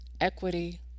equity